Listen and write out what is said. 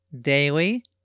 Daily